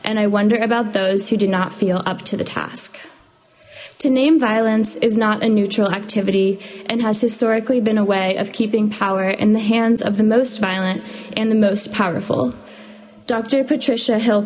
and i wonder about those who did not feel up to the task to name violence is not a neutral activity and has historically been a way of keeping power in the hands of the most violent and the most powerful doctor patricia h